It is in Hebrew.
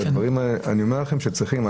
אני אומר לכם שצריכים,